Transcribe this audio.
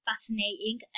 fascinating